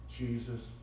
Jesus